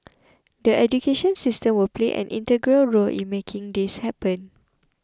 the education system will play an integral role in making this happen